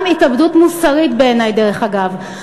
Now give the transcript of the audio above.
גם התאבדות מוסרית בעיני, דרך אגב.